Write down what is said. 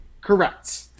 Correct